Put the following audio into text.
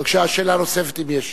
בבקשה, שאלה נוספת, אם יש.